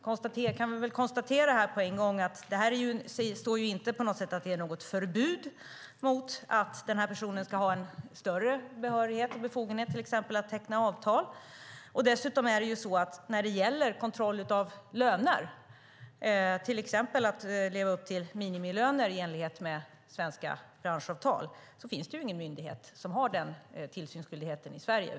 Vi kan väl konstatera på en gång att det inte står att det är något förbud mot att denna person ska ha en större behörighet och befogenhet att till exempel teckna avtal. Dessutom är det så att när det gäller kontroll av löner, till exempel att leva upp till minimilöner i enlighet med svenska branschavtal, finns det ingen myndighet som har den tillsynsskyldigheten i Sverige.